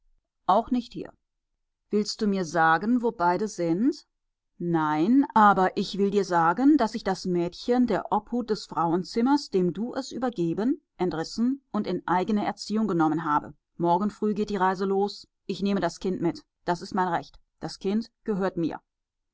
auch nicht hier willst du mir sagen wo beide sind nein aber ich will dir sagen daß ich das mädchen der obhut des frauenzimmers dem du es übergeben entrissen und in eigene erziehung genommen habe morgen früh geht die reise los ich nehme das kind mit das ist mein recht das kind gehört mir